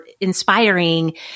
inspiring